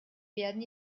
werden